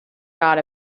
got